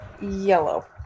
Yellow